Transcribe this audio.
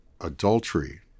adultery